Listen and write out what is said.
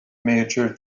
major